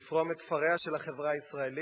לפרום את תפריה של החברה הישראלית,